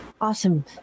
Awesome